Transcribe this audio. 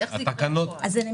אז אני מסבירה.